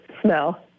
smell